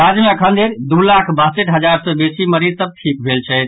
राज्य मे अखनधरि दू लाख बासठि हजार सॅ बेसी मरीज सभ ठीक भेल छथि